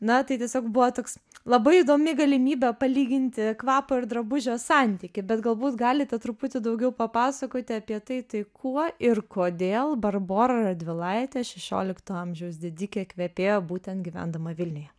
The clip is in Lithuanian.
na tai tiesiog buvo toks labai įdomi galimybė palyginti kvapo ir drabužio santykį bet galbūt galite truputį daugiau papasakoti apie tai tai kuo ir kodėl barbora radvilaitė šešiolikto amžiaus didikė kvepėjo būtent gyvendama vilniuje